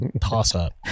toss-up